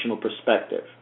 perspective